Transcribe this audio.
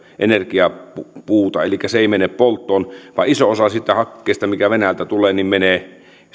energiapuuta elikkä se ei mene polttoon vaan iso osa siitä hakkeesta mikä venäjältä tulee menee selluteollisuuden raaka aineeksi se jalostetaan kyllä